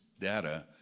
data